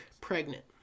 pregnant